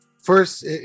First